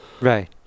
Right